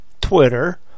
Twitter